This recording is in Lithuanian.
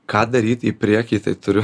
ką daryt į priekį tai turiu